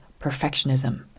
perfectionism